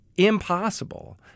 impossible